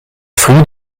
friede